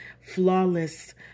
flawless